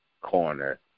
corner